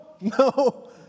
No